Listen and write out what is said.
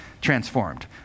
transformed